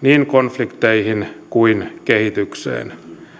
niin konflikteihin kuin kehitykseen